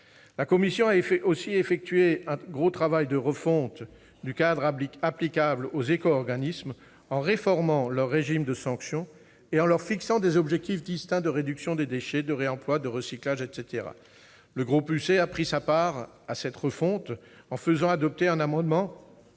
La commission a aussi effectué un gros travail de refonte du cadre applicable aux éco-organismes, en réformant leur régime de sanction et en leur fixant des objectifs distincts de réduction des déchets, de réemploi et de recyclage. Le groupe UC a pris sa part à cette refonte, en faisant adopter un amendement